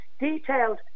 detailed